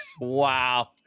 Wow